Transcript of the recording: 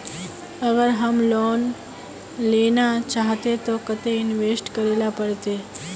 अगर हम लोन लेना चाहते तो केते इंवेस्ट करेला पड़ते?